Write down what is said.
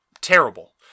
terrible